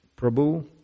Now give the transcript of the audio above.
Prabhu